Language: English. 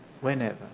whenever